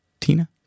Tina